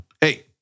Hey